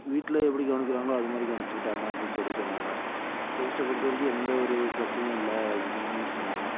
வீட்டிலேயே எப்படி கவனிக்குறாங்களோ அதுமாதிரி கவனிச்சிக்கிட்டாங்கள் அப்படின்னு சொல்லி சொன்னாங்கள் டேஸ்ட்டை பொறுத்த வரைக்கும் எந்த ஒரு பிரச்சனையும் இல்லை அப்படின்னும் சொன்னாங்கள்